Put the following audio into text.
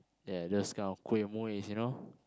ya those kind of kuih muihs you know